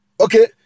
okay